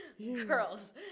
girls